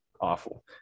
awful